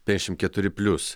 penkiasšim keturi plius